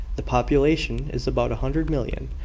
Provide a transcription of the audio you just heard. the population is about a hundred million,